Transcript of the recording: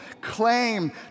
claim